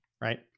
right